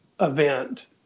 event